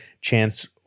chance